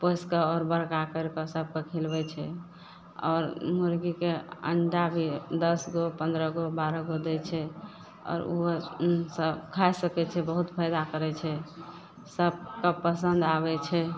पोसिकऽ आओर बड़का करि कऽ सबके खिलबय छै आओर मुर्गीके अण्डा भी दसगो पन्द्रहगो बारहगो दै छै आओर उहो सब खा सकय छै बहुत फायदा करय छै सबके पसन्द आबय छै